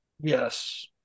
Yes